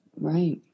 Right